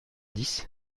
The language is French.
dix